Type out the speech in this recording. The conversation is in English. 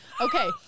Okay